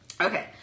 Okay